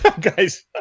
guys